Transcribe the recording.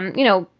you know,